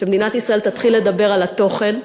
שמדינת ישראל תתחיל לדבר על התוכן.